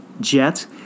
jet